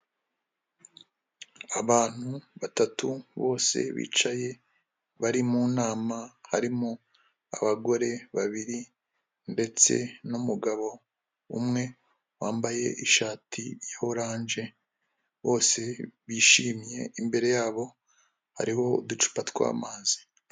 Abantu batatu bose bicaye bari mu nama harimo abagore babiri ndetse n'umugabo umwe wambaye ishati ya oranje bose bishimye, imbere yabo hariho uducupa tw'amazi.